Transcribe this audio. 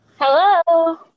hello